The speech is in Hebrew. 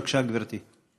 בבקשה, גברתי.